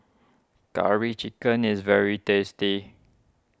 Curry Chicken is very tasty